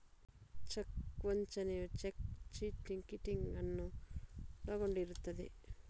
check ವಂಚನೆಯು cheque kiting ಅನ್ನು ಒಳಗೊಂಡಿರುತ್ತದೆ